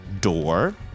door